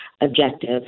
objective